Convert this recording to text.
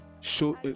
show